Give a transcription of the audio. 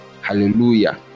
Hallelujah